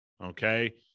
Okay